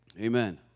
Amen